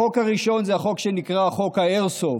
החוק הראשון זה החוק שנקרא חוק האיירסופט.